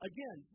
Again